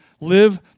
live